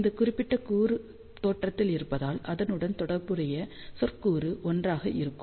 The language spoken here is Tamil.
இந்த குறிப்பிட்ட கூறு தோற்றத்தில் இருப்பதால் அதனுடன் தொடர்புடைய சொற்கூறு 1 ஆக இருக்கும்